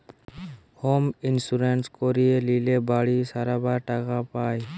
home insurance করিয়ে লিলে বাড়ি সারাবার টাকা পায়